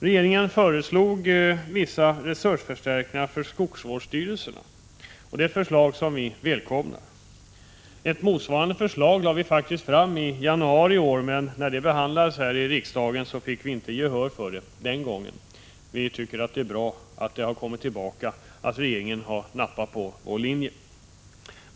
Regeringen har lagt fram ett förslag till vissa resursförstärkningar för skogsvårdsstyrelserna, och det är ett förslag som vi välkomnar. Ett motsvarande förslag lade vi i vpk faktiskt fram i januari i år, men vårt förslag vann inget gehör den gången. Vi tycker att det är bra att regeringen nu har ”nappat” på vårt förslag.